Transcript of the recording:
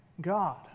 God